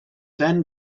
then